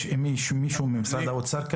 יש כאן מישהו ממשרד האוצר?